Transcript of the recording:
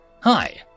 Hi